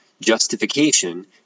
justification